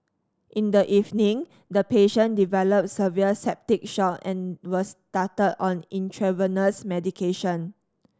in the evening the patient developed severe septic shock and was started on intravenous medication